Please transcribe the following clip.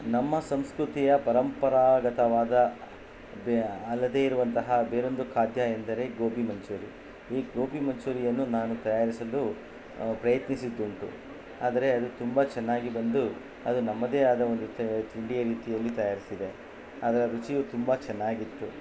ನಮ್ಮ ಸಂಸ್ಕೃತಿಯ ಪರಂಪರಾಗತವಾದ ಬೆ ಅಲ್ಲದೇ ಇರುವಂತಹ ಬೇರೊಂದು ಖಾದ್ಯ ಎಂದರೆ ಗೋಬಿ ಮಂಚೂರಿ ಈ ಗೋಬಿ ಮಂಚೂರಿಯನ್ನು ನಾನು ತಯಾರಿಸಲು ಪ್ರಯತ್ನಿಸಿದ್ದುಂಟು ಆದರೆ ಅದು ತುಂಬ ಚೆನ್ನಾಗಿ ಬಂದು ಅದು ನಮ್ಮದೇ ಆದ ಒಂದು ತಿಂಡಿಯ ರೀತಿಯಲ್ಲಿ ತಯಾರಿಸಿದೆ ಅದರ ರುಚಿಯು ತುಂಬ ಚೆನ್ನಾಗಿತ್ತು